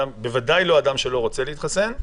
בוודאי לא בגלל אדם שלא רוצה להתחסן,